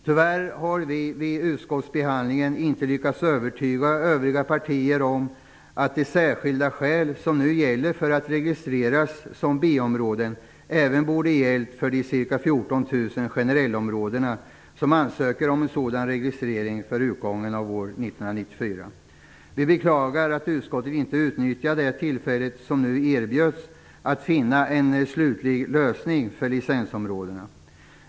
Tyvärr har vi vid utskottsbehandlingen inte lyckats övertyga övriga partier om att de särskilda skäl som nu gäller för att ett område skall få registreras som B-område även borde gälla för de ca 14 000 Vi beklagar att utskottet inte utnyttjade det tillfälle som gavs att finna en slutlig lösning på frågan om licensområdena.